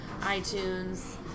iTunes